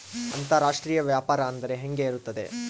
ಅಂತರಾಷ್ಟ್ರೇಯ ವ್ಯಾಪಾರ ಅಂದರೆ ಹೆಂಗೆ ಇರುತ್ತದೆ?